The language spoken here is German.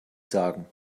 sagen